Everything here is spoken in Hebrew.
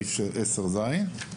סעיף 10ז,